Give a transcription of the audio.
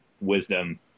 wisdom